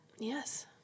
Yes